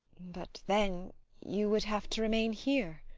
but then you would have to remain here.